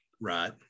Right